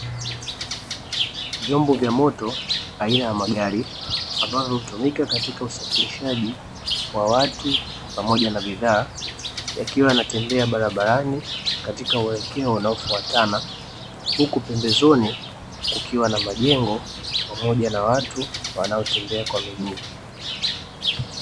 Vyombo vya moto aina ya magari ambavyo hutumika katika usafirishaji wa watu pamoja na bidhaa, yakiwa yanatembea barabarani katika uelekeo unaofuatana, huku pembezoni kukiwa na majengo pamoja na watu wanaotembea kwa miguu.